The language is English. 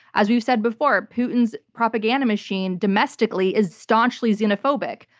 as we've said before, putin's propaganda machine domestically is staunchly xenophobic,